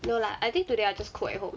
no lah I think today I just cook at home